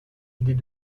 idées